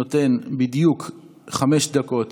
נותן בדיוק חמש דקות